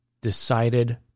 decided